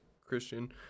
Christian